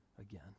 again